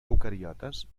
eucariotes